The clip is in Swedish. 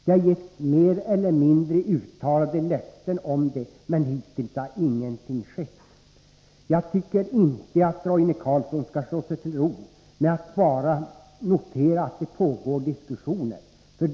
Det har givits mer eller mindre uttalade löften om det, men hittills har ingenting skett. Jag tycker inte att Roine Carlsson skall slå sig till ro med att notera att det pågår diskussioner.